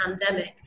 pandemic